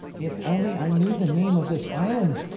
if only i knew the name of this island!